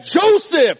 Joseph